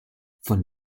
von